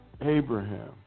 Abraham